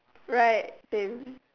right same